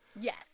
Yes